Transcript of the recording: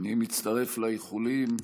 אני מצטרף לאיחולים.